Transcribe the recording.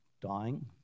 dying